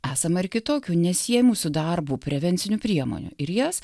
esama ir kitokių nesiejamų su darbu prevencinių priemonių ir jas